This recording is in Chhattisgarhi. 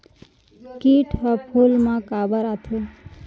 किट ह फूल मा काबर आथे?